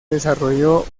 desarrolló